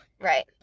right